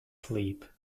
sleep